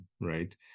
right